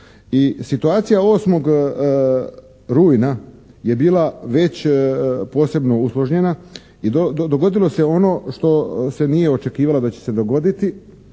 situacija 8. rujna je bila već posebno usložnjena i dogodilo se ono što se nije očekivalo da se će dogoditi.